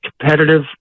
competitive